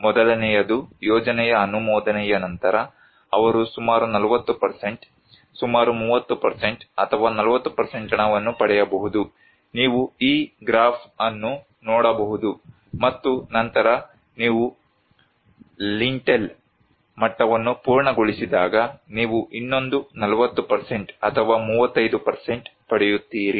ಮೊದಲನೆಯದು ಯೋಜನೆಯ ಅನುಮೋದನೆಯ ನಂತರ ಅವರು ಸುಮಾರು 40 ಸುಮಾರು 30 ಅಥವಾ 40 ಹಣವನ್ನು ಪಡೆಯಬಹುದು ನೀವು ಈ ಗ್ರಾಫ್ ಅನ್ನು ನೋಡಬಹುದು ಮತ್ತು ನಂತರ ನೀವು ಲಿಂಟೆಲ್ ಮಟ್ಟವನ್ನು ಪೂರ್ಣಗೊಳಿಸಿದಾಗ ನೀವು ಇನ್ನೊಂದು 40 ಅಥವಾ 35 ಪಡೆಯುತ್ತೀರಿ